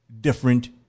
different